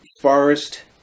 Forest